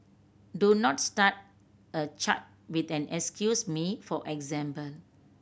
do not start a chat with an excuse me for example